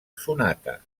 sonata